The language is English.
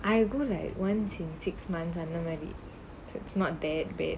I go like once in six months and nobody that's not bad bad